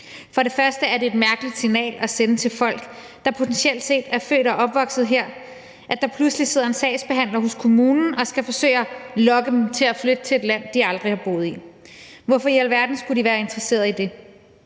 For det første er det et mærkeligt signal at sende til folk, der potentielt set er født og opvokset her, at der pludselig sidder en sagsbehandler hos kommunen og skal forsøge at lokke dem til at flytte til et land, de aldrig har boet i. Hvorfor i alverden skulle de være interesseret i det?